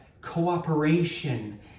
cooperation